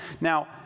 now